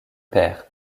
paires